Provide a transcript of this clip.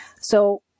So-